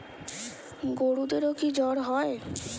গরুদেরও কি জ্বর হয়?